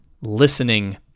listening